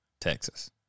Texas